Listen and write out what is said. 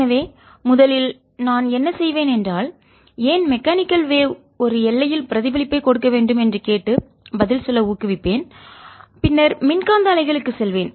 எனவே முதலில் நான் என்ன செய்வேன் என்றால்ஏன் மெக்கானிக்கல் வேவ் இயந்திர அலைகள் ஒரு எல்லையில் பிரதிபலிப்பை கொடுக்க வேண்டும் என்று கேட்டு பதில் சொல்ல ஊக்குவிப்பேன் பின்னர் மின்காந்த அலைகளுக்கு செல்வேன்